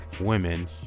women